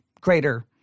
greater